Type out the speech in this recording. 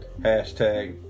Hashtag